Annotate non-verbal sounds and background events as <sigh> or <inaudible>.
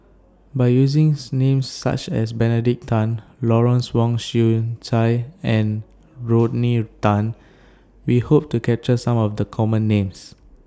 By using <unintelligible> Names such as Benedict Tan Lawrence Wong Shyun Tsai and Rodney Tan We Hope to capture Some of The Common Names